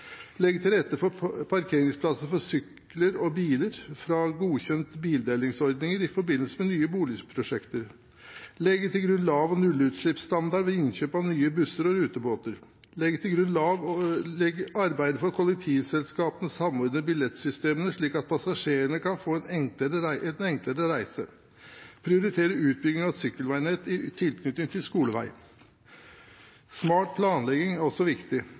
legge til rette for parkeringsplasser for sykler og biler fra godkjente bildelingsordninger i forbindelse med nye boligprosjekter legge til grunn lav- eller nullutslippsstandard ved innkjøp av nye busser og rutebåter arbeide for at kollektivselskapene samordner billettsystemene, slik at passasjerene kan få en enklere reise prioritere utbygging av sykkelveinett i tilknytning til skolevei smart planlegging